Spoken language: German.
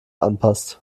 anpasst